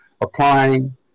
applying